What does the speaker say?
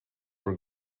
were